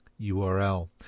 URL